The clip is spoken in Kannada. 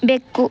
ಬೆಕ್ಕು